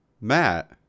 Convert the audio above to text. Matt